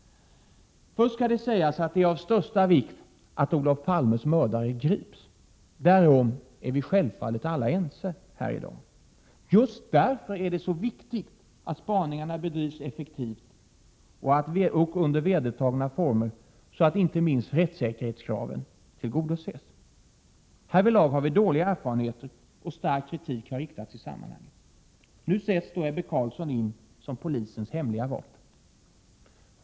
Först skall det sägas att det är av största vikt att Olof Palmes mördare grips. Därom är vi självfallet ense. Just därför är det viktigt att spaningarna bedrivs effektivt och under vedertagna former så att inte minst rättssäkerhetskraven tillgodoses. Härvidlag har vi dåliga erfarenheter, och stark kritik har riktats i sammanhanget. Så sätts Ebbe Carlsson in som polisens hemliga vapen.